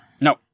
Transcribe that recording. No